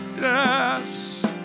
yes